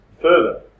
further